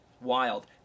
wild